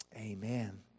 Amen